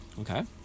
Okay